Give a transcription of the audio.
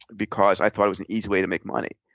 because i thought it was an easy way to make money.